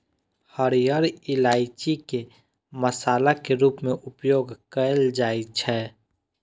हरियर इलायची के मसाला के रूप मे उपयोग कैल जाइ छै